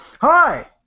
Hi